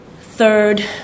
Third